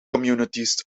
communities